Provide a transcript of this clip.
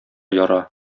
яра